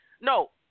No